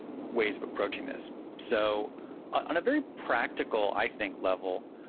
ways of approaching this. so on a very practical, i think level,